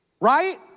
Right